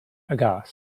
aghast